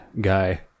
guy